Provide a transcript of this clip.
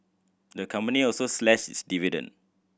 the company also slashed its dividend